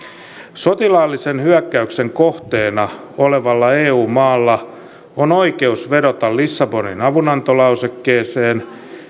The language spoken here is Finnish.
sotilaallisen hyökkäyksen kohteena olevalla eu maalla on oikeus vedota lissabonin avunantolausekkeeseen